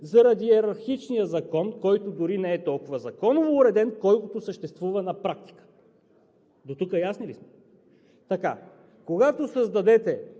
заради йерархичния закон, който дори не е толкова законово уреден, колкото съществува на практика. Дотук ясни ли сме? Така. Когато създадете